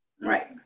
Right